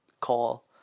call